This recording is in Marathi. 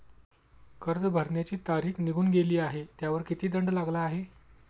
कर्ज भरण्याची तारीख निघून गेली आहे त्यावर किती दंड लागला आहे?